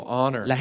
honor